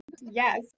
yes